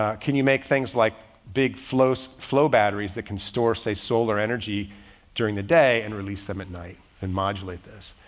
ah can you make things like big flows, flow batteries that can store, say solar energy during the day and release them at night and modulate this.